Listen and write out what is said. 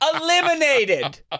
Eliminated